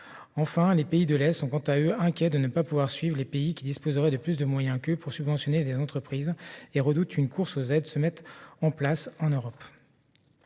Enfin, les pays de l'Est sont inquiets de ne pas pouvoir suivre les pays qui disposeraient de plus de moyens qu'eux pour subventionner les entreprises ; ils redoutent qu'une course aux aides ne se mette en place en Europe.